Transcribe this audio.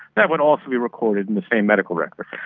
that would also be recorded in the same medical record.